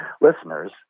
listeners